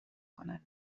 کنند